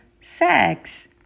sex